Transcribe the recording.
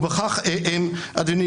ובכך אדוני